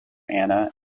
anna